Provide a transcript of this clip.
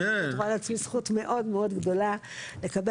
אבל אני רואה לעצמי זכות מאוד מאוד גדולה לקבל